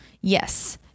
Yes